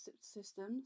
systems